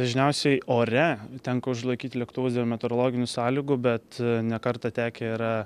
dažniausiai ore tenka užlaikyti lėktuvus dėl meteorologinių sąlygų bet ne kartą tekę yra